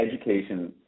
education